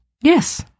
Yes